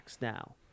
now